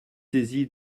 saisi